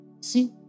See